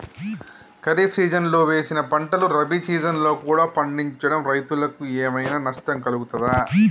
ఖరీఫ్ సీజన్లో వేసిన పంటలు రబీ సీజన్లో కూడా పండించడం రైతులకు ఏమైనా నష్టం కలుగుతదా?